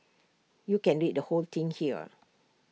you can read the whole thing here